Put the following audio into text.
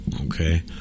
Okay